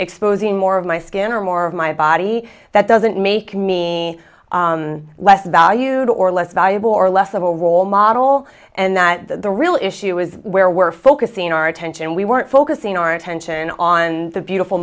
exposing more of my skin or more of my body that doesn't make me less valued or less valuable or less of a role model and that the real issue is where we're focusing our attention we weren't focusing our attention on the beautiful